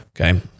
Okay